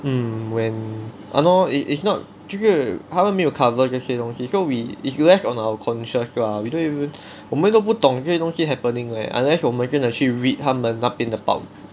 mm when !hannor! it is not 就是他们没有 cover 这些东西 so we is less on our conscious lah we we don't even 我们都不懂这些东西 happening leh unless 我们真的去 read 他们那边的报纸